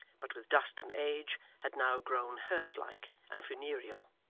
but with dust and age had now grown hearse-like and funereal.